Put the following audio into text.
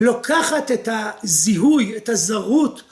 לוקחת את הזיהוי, את הזרות,